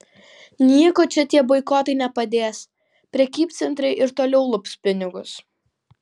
nieko čia tie boikotai nepadės prekybcentriai ir toliau lups pinigus